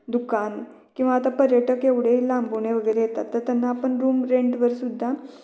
दुकान किंवा आता पर्यटक एवढे लांबून वगैरे येतात तर त्यांना आपण रूम रेंटवर सुद्धा